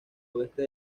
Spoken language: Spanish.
oeste